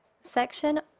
section